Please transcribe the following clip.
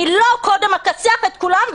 אני לא קודם אכסח את כולם,